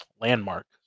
landmark